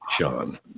Sean